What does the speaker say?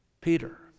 Peter